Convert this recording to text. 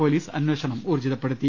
police അന്വേഷണം ഊർജ്ജിതപ്പെടുത്തി